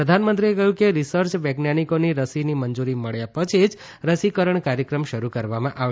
પ્રધાનમંત્રીએકહ્યું કે રિર્સય વૈજ્ઞાનિકોની રસીની મંજૂરી મળ્યા પછી જ રસીકરણ કાર્યક્રમ શરૂ કરવામાં આવશે